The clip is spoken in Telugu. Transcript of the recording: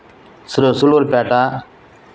సుళ్ళూరుపేట